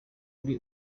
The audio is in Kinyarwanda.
ari